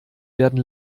werden